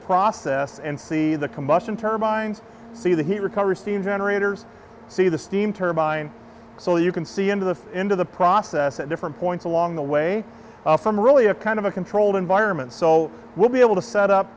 process and see the combustion turbines see the heat recover steam generators see the steam turbine so you can see into the into the process at different points along the way from really a kind of a controlled environment so we'll be able to set up